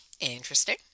Interesting